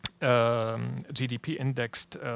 GDP-indexed